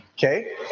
Okay